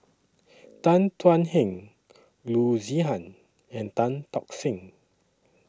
Tan Thuan Heng Loo Zihan and Tan Tock San